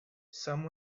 some